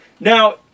Now